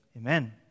Amen